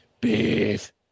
Beef